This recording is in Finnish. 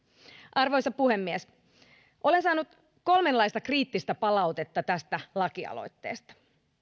arvoisa puhemies olen saanut kolmenlaista kriittistä palautetta tästä lakialoitteesta